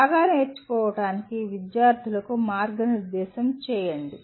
బాగా నేర్చుకోవడానికి విద్యార్థులకు మార్గనిర్దేశం చేయండి